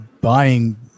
buying